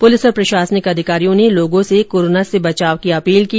police और प्रशासनिक अधिकारियों ने लोगों से कोरोना से बचाव की अपील की